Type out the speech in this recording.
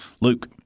Luke